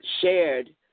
shared